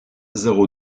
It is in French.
zéro